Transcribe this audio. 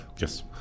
Yes